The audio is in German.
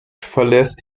verlässt